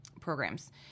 programs